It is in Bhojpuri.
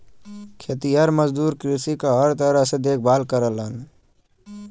खेतिहर मजदूर कृषि क हर तरह से देखभाल करलन